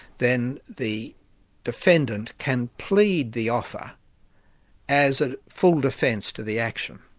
then the defendant can plead the offer as a full defence to the action.